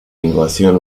invasión